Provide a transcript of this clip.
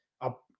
up